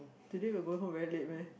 today we're going home very late meh